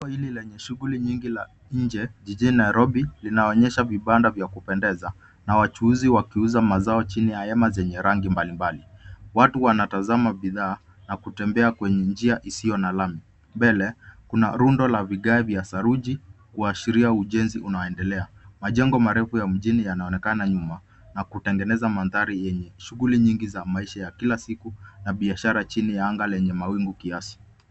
Soko hili lenye shughuli nyingi la nje, jijini Nairobi, linaonyesha vibanda vya kupendeza na wachuuzi wakiuza mazao chini ya hema zenye rangi mbalimbali. Watu wanatazama bidhaa na kutembea kwenye njia isiyo na lami. Mbele, kuna rundo la vigae vya saruji kuashiria ujenzi unaoendelea. Majengo marefu ya mjini yanaonekana nyuma, na kutengeneza mandhari yenye shughuli nyingi za maisha ya kila siku na biashara chini ya anga lenye mawingu kiasi.